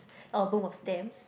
album of stamps